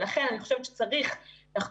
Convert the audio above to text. ולכן אני חושבת שצריך לחתור